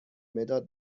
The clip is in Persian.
مداد